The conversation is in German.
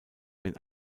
wenn